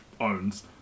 owns